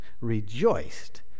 rejoiced